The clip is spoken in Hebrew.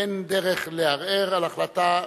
אין דרך לערער על החלטה,